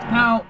Now